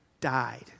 died